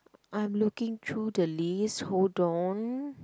I'm looking through the list hold on